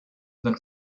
than